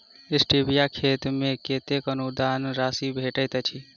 Stevia केँ खेती मे कतेक अनुदान राशि भेटैत अछि?